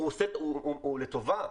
הוא לטובה.